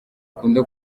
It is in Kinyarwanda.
akunda